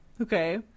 okay